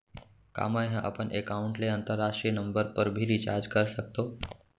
का मै ह अपन एकाउंट ले अंतरराष्ट्रीय नंबर पर भी रिचार्ज कर सकथो